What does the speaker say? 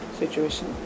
situation